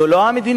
זו לא המדיניות,